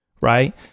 right